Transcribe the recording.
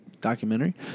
documentary